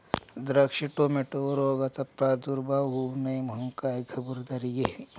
द्राक्ष, टोमॅटोवर रोगाचा प्रादुर्भाव होऊ नये म्हणून काय खबरदारी घ्यावी?